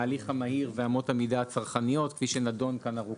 ההליך המהיר ואמות המידה הצרכניות כפי שנדון כאן ארוכות.